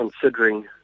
considering